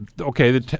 okay